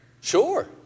Sure